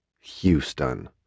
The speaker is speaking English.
Houston